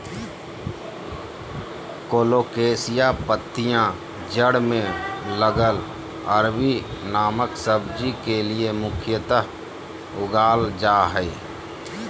colocasia पत्तियां जड़ में लगल अरबी नामक सब्जी के लिए मुख्यतः उगाल जा हइ